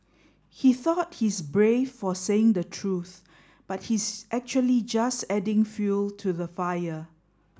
he thought he's brave for saying the truth but he's actually just adding fuel to the fire